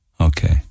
okay